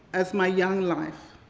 as my young life,